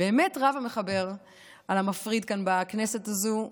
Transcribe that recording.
באמת רב המחבר על המפריד כאן בכנסת הזו.